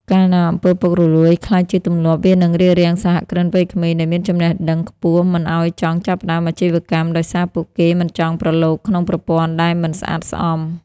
កាលណា អំពើពុករលួយ ក្លាយជាទម្លាប់ វានឹងរារាំងសហគ្រិនវ័យក្មេងដែលមានចំណេះដឹងខ្ពស់មិនឱ្យចង់ចាប់ផ្ដើមអាជីវកម្ម ដោយសារពួកគេមិនចង់ប្រឡូកក្នុងប្រព័ន្ធដែលមិនស្អាតស្អំ។